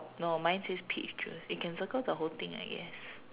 no mine says peach juice you can circle the whole thing I guess